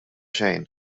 xejn